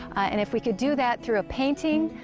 and if we can do that through a painting,